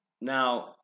Now